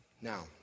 Now